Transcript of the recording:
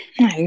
no